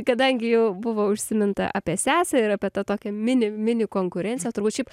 kadangi jau buvo užsiminta apie sesę ir apie tą tokią mini mini konkurenciją turbūt šiaip